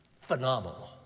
phenomenal